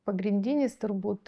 pagrindinis turbūt